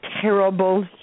terrible